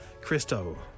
Christo